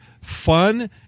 fun